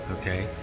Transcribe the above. Okay